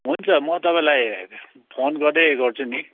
हुन्छ म तपाईँलाई फोन गर्दै गर्छु नि